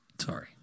Sorry